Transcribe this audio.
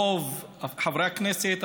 רוב חברי הכנסת,